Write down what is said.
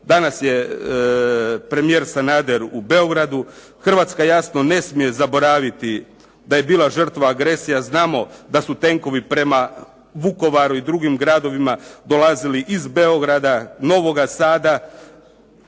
Danas je premijer Sanader u Beogradu. Hrvatska jasno ne smije zaboraviti da je bila žrtva agresije, a znamo da su tenkovi prema Vukovaru i drugim gradovima dolazili iz Beograda, Novoga Sada.